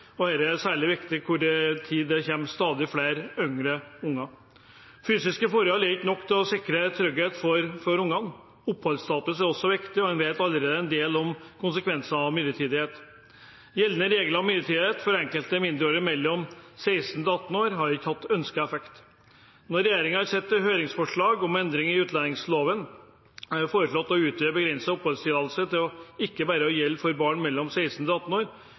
og dette er særlig viktig i en tid hvor det kommer stadig flere yngre unger. Fysiske forhold er ikke nok for å sikre trygghet for ungene. Oppholdsstatus er også viktig. Vi vet allerede en del om konsekvensene av midlertidighet. Gjeldende regler om midlertidighet for enkelte mindreårige mellom 16 og 18 år har ikke hatt ønsket effekt. Regjeringen har sendt et høringsforslag om endringer i utlendingsloven, og det er foreslått å utvide begrenset oppholdstillatelse til ikke bare å gjelde for barn mellom 16 og18 år,